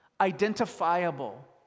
identifiable